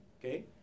okay